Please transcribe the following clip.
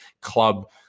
club